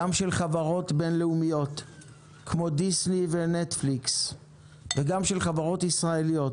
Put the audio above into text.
גם של חברות בין-לאומיות כמו דיסני ונטפליקס וגם של חברות ישראליות